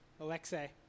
Alexei